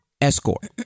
escort